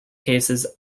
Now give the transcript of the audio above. cases